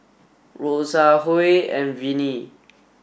Rosa Huy and Vinnie